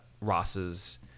Ross's